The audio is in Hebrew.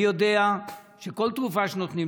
אני יודע שכל תרופה שנותנים,